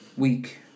week